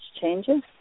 changes